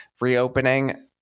reopening